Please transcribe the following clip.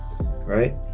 right